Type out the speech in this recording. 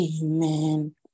Amen